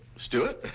stewart?